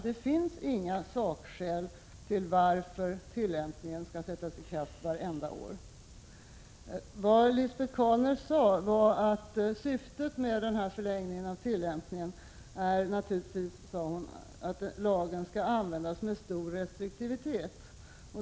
Det finns inga sakskäl för att tillämpningen skall sättas i kraft varje år. Lisbet Calner sade att lagen skulle tillämpas med stor restriktivitet.